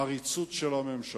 עריצות של הממשלה.